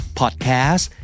podcast